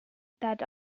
that